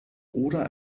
oder